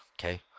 okay